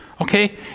Okay